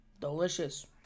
Delicious